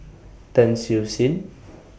Tan Siew Sin